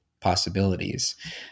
possibilities